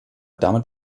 damit